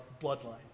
bloodline